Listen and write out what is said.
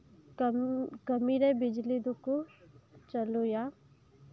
ᱠᱟᱹᱢᱤ ᱨᱮ ᱵᱤᱡᱽᱞᱤ ᱫᱚᱠᱚ ᱪᱟᱹᱞᱩᱭᱟ